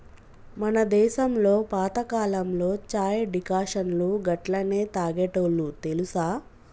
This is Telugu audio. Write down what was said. మన దేసంలో పాతకాలంలో చాయ్ డికాషన్ను గట్లనే తాగేటోల్లు తెలుసా